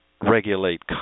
regulate